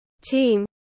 team